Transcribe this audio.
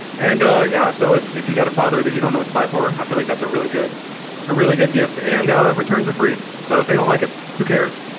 and yeah, so if if you got a father that you don't know what to buy for i feel like that's a really good a really good gift and returns are free so if they don't like it who cares